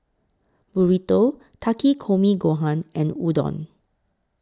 Burrito Takikomi Gohan and Udon